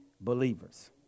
believers